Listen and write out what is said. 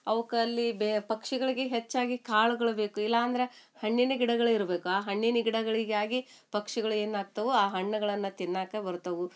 ಅವ್ಕ ಅಲ್ಲಿ ಬೇ ಪಕ್ಷಿಗಳಿಗೆ ಹೆಚ್ಚಾಗಿ ಕಾಳುಗಳು ಬೇಕು ಇಲ್ಲಾಂದರೆ ಹಣ್ಣಿನ ಗಿಡಗಳೇ ಇರ್ಬೇಕು ಆ ಹಣ್ಣಿನ ಗಿಡಗಳಿಗಾಗಿ ಪಕ್ಷಿಗಳು ಏನಾಗ್ತವ ಆ ಹಣ್ಣುಗಳನ್ನು ತಿನ್ನಾಕ ಬರ್ತವು